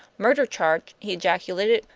murder charge! he ejaculated.